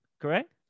Correct